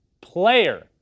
Player